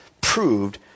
proved